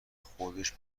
خودش